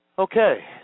Okay